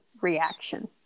reaction